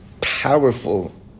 Powerful